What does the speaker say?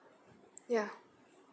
ya